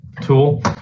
tool